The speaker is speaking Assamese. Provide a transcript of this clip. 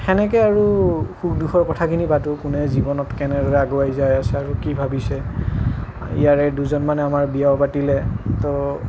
সেনেকৈ আৰু সুখ দুখৰ কথাখিনি পাতোঁ কোনে জীৱনত কেনেদৰে আগুৱাই যায় আছে আৰু কি ভাবিছে ইয়াৰে দুজনমানে আমাৰ বিয়াও পাতিলে তো